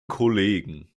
kollegen